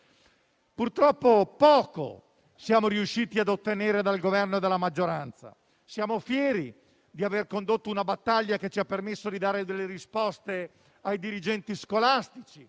Purtroppo, poco siamo riusciti a ottenere dal Governo e dalla maggioranza. Siamo fieri di aver condotto una battaglia che ci ha permesso di dare risposte ai dirigenti scolastici,